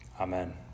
Amen